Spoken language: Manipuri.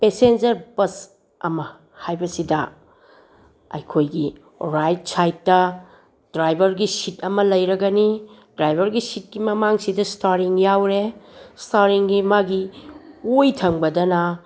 ꯄꯦꯁꯦꯟꯖꯔ ꯕꯁ ꯑꯃ ꯍꯥꯏꯕꯁꯤꯗ ꯑꯩꯈꯣꯏꯒꯤ ꯔꯥꯏꯠ ꯁꯥꯏꯠꯇ ꯗ꯭ꯔꯥꯏꯕꯔꯒꯤ ꯁꯤꯠ ꯑꯃ ꯂꯩꯔꯒꯅꯤ ꯗ꯭ꯔꯥꯏꯕꯔꯒꯤ ꯁꯤꯠꯀꯤ ꯃꯃꯥꯡꯁꯤꯗ ꯏꯁꯇꯥꯔꯤꯡ ꯌꯥꯎꯔꯦ ꯏꯁꯇꯥꯔꯤꯡꯒꯤ ꯃꯥꯒꯤ ꯑꯣꯏ ꯊꯪꯕꯗꯅ